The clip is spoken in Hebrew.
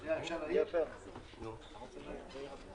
רואה את המגמות.